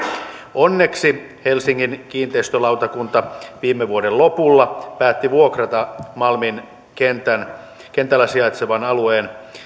onneksi helsingin kiinteistölautakunta viime vuoden lopulla päätti vuokrata malmin kentällä sijaitsevan alueen